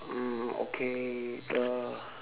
uh okay uh